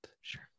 Sure